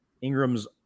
Ingram's